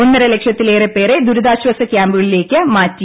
ഒന്നര ലക്ഷത്തിലേറെ പേരെ ദുരിതാശ്വാസ ക്യാമ്പുകളിലേക്ക് മാറ്റി